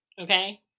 okay